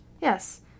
Yes